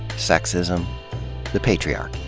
sexism the patriarchy.